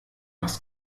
hast